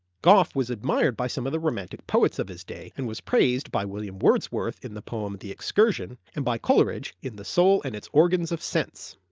gough was admired by some of the romantic poets of his day and was praised by william wordsworth in the poem the excursion and by coleridge in the soul and its organs of sense.